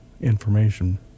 information